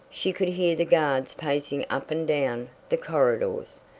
she could hear the guards pacing up and down the corridors,